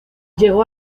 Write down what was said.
llegó